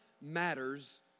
matters